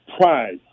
pride